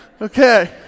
Okay